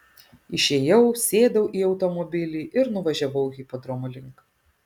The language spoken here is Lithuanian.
išėjau sėdau į automobilį ir nuvažiavau hipodromo link